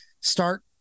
start